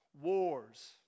wars